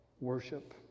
Worship